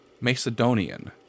Macedonian